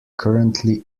currently